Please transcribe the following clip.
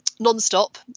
Non-stop